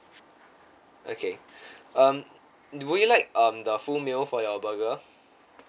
okay um would you like um the full meal for your burger